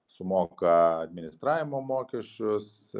sumoka administravimo mokesčius